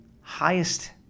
highest